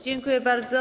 Dziękuję bardzo.